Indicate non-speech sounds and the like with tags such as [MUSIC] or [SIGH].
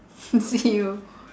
[NOISE] see you